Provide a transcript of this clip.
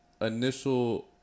initial